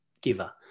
giver